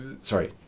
Sorry